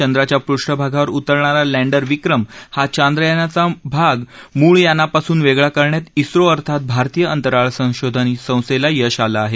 चंद्राच्या पृष्ठभागावर उतरणारा लँडर विक्रम हा चांद्रयानाचा भाग मूळ यानापासून वेगळा करण्यात स्रो अर्थात भारतीय अंतराळ संशोधन संस्थेला यश आलं आहे